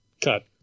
cut